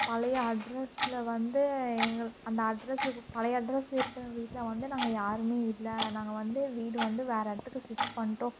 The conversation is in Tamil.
பழைய அட்ரஸில் வந்து எங்களுக்கு அந்த அட்ரஸுக்குப் பழைய அட்ரஸ் இருக்கிற வீட்டில் வந்து நாங்கள் யாரும் இல்லை நாங்கள் வந்து வீடு வந்து வேறு இடத்துக்கு சிஃப்ட் பண்ணிட்டோம்